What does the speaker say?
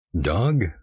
Doug